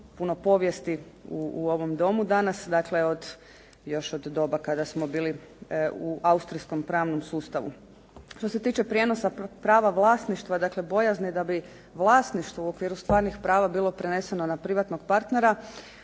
puno povijesti u ovom Domu danas, dakle, od, još od doba kada smo bili u austrijskom pravnom sustavu. Što se tiče prijenosa prava vlasništva, dakle, bojazni da bi vlasništvo u okviru stvarnih prava bilo preneseno na privatnog partnera